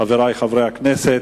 חברי חברי הכנסת,